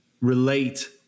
relate